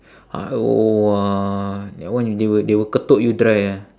uh !wah! that one they will they will ketuk you dry ah